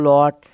Lord